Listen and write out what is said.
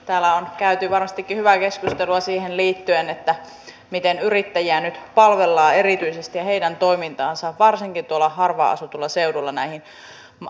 täällä on käyty varmastikin hyvää keskustelua siihen liittyen miten erityisesti yrittäjiä nyt palvellaan ja heidän toimintaansa varsinkin harvaan asutuilla seuduilla tähän tienvarsimainontaan liittyen